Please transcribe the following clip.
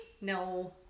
No